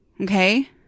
Okay